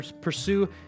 Pursue